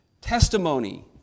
testimony